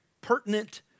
pertinent